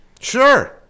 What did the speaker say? Sure